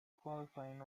qualifying